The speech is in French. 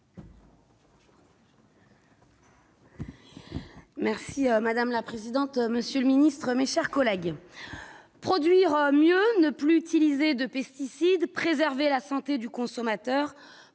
Merci madame la présidente, monsieur le ministre, mes chers collègues, produire mieux, ne plus utiliser de pesticides préserver la santé du consommateur,